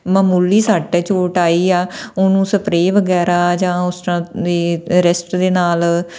ਮਾਮੂਲੀ ਸੱਟ ਹੈ ਚੋਟ ਆਈ ਆ ਉਹਨੂੰ ਸਪਰੇਅ ਵਗੈਰਾ ਜਾਂ ਉਸ ਤਰ੍ਹਾਂ ਦੀ ਰੈਸਟ ਦੇ ਨਾਲ